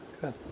Good